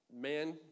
man